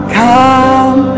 come